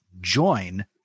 join